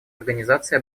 организации